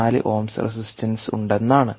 4 ohms resistance ഉണ്ടെന്നാണ്